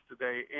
today